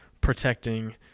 protecting